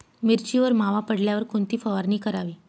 मिरचीवर मावा पडल्यावर कोणती फवारणी करावी?